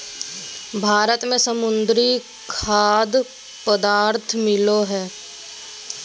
भारत में समुद्री खाद्य पदार्थ मिलो हइ